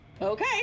Okay